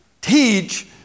teach